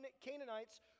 Canaanites